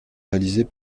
réalisés